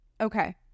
Okay